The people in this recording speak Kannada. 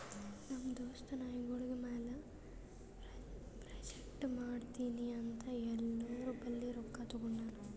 ನಮ್ ದೋಸ್ತ ನಾಯ್ಗೊಳ್ ಮ್ಯಾಲ ಪ್ರಾಜೆಕ್ಟ್ ಮಾಡ್ತೀನಿ ಅಂತ್ ಎಲ್ಲೋರ್ ಬಲ್ಲಿ ರೊಕ್ಕಾ ತಗೊಂಡಾನ್